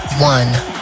One